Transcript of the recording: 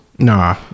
Nah